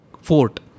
fort